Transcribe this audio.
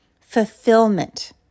fulfillment